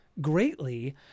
greatly